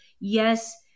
yes